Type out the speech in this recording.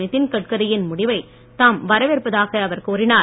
நிதின் கட்கரியின் முடிவை தாம் வரவேற்பதாக அவர் கூறினார்